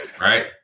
right